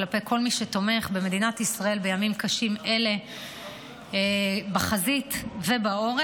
כלפי כל מי שתומך במדינת ישראל בימים קשים אלה בחזית ובעורף.